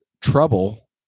trouble